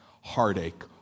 heartache